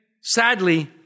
sadly